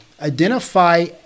identify